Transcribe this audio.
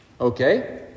Okay